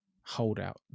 holdout